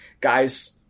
guys